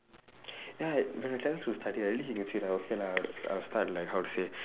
ya when I tell her to study at least she can say like okay lah I'll start like how to say